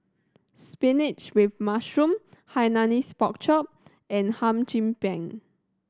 spinach with mushroom Hainanese Pork Chop and Hum Chim Peng